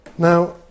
Now